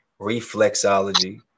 reflexology